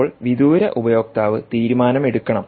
ഇപ്പോൾ വിദൂര ഉപയോക്താവ് തീരുമാനമെടുക്കണം